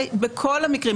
בכל המקרים,